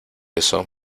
eso